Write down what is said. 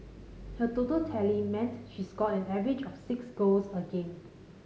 her total tally meant she scored an average of six goals a game